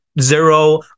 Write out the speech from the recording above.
zero